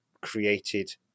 created